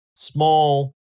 Small